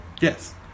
Yes